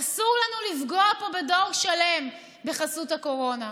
אסור לנו לפגוע פה בדור שלם בחסות הקורונה.